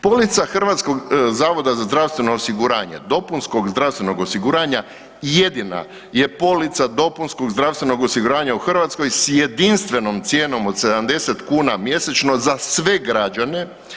Polica Hrvatskog zavoda za zdravstveno osiguranje zdravstvenog osiguranja jedina je polica dopunskog zdravstvenog osiguranja u Hrvatskoj s jedinstvenom cijenom od 70 kuna mjesečno za sve građane.